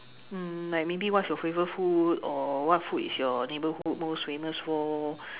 mm like maybe what is your favorite food or what food is your neighborhood most famous for`